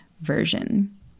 version